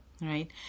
right